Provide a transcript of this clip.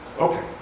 Okay